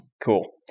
Cool